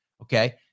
Okay